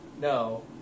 no